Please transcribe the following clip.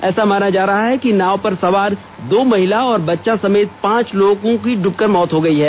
ऐसा माना जा रहा है कि नाव पर सवार दो महिला और बच्चा समेत पांच लोगों की इबकर मौत हो गयी है